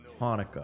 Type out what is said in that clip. Hanukkah